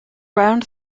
round